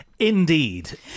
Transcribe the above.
Indeed